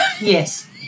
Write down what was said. Yes